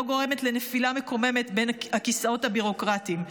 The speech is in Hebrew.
גורמת לנפילה מקוממת בין הכיסאות הביורוקרטיים,